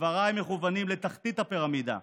דבריי מכוונים לתחתית הפירמידה,